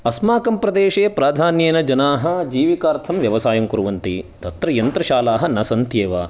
अस्माकं प्रदेशे प्राधान्येन जनाः जीविकार्थं व्यवसायं कुर्वन्ति तत्र यन्त्रशालाः न सन्ति एव